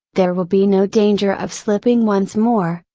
there will be no danger of slipping once more,